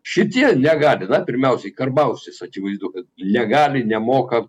šitie negali na pirmiausiai karbauskis akivaizdu negali nemoka